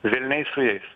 velniai su jais